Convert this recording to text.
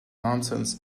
nonsense